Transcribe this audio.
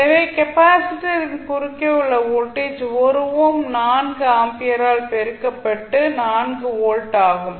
எனவே கெப்பாசிட்டரின் குறுக்கே உள்ள வோல்டேஜ் 1 ஓம் 4 ஆம்பியரால் பெருக்கப்பட்டு 4 வோல்ட் ஆகும்